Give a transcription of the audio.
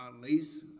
lease